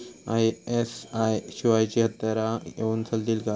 ISI शिवायची हत्यारा घेऊन चलतीत काय?